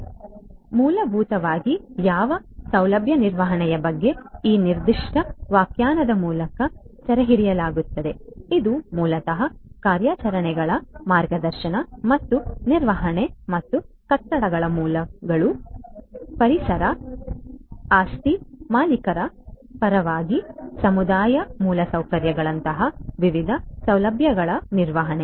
ಆದ್ದರಿಂದ ಮೂಲಭೂತವಾಗಿ ಯಾವ ಸೌಲಭ್ಯ ನಿರ್ವಹಣೆಯ ಬಗ್ಗೆ ಈ ನಿರ್ದಿಷ್ಟ ವ್ಯಾಖ್ಯಾನದ ಮೂಲಕ ಸೆರೆಹಿಡಿಯಲಾಗುತ್ತದೆ ಇದು ಮೂಲತಃ ಕಾರ್ಯಾಚರಣೆಗಳ ಮಾರ್ಗದರ್ಶನ ಮತ್ತು ನಿರ್ವಹಣೆ ಮತ್ತು ಕಟ್ಟಡಗಳ ಮೂಲಗಳು ಪರಿಸರ ಆಸ್ತಿ ಮಾಲೀಕರ ಪರವಾಗಿ ಸಮುದಾಯ ಮೂಲಸೌಕರ್ಯಗಳಂತಹ ವಿವಿಧ ಸೌಲಭ್ಯಗಳ ನಿರ್ವಹಣೆ